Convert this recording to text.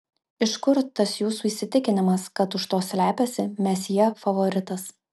iš kur tas jūsų įsitikinimas kad už to slepiasi mesjė favoritas